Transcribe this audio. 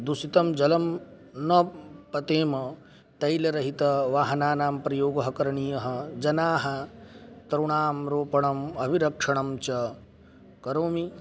दूषितं जलं न पतेम तैलरहितवाहनानां प्रयोगः करणीयः जनाः तरुणां रोपणम् अभिरक्षणं च करोमि